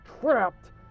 trapped